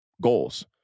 goals